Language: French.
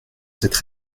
cette